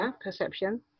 perception